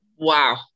Wow